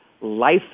life